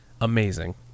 amazing